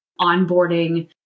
onboarding